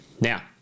Now